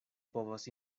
povas